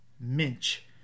Minch